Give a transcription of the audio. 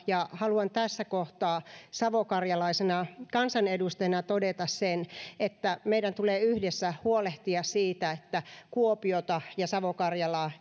ja haluan tässä kohtaa savokarjalaisena kansanedustajana todeta sen että meidän tulee yhdessä huolehtia siitä että kuopiota ja savo karjalaa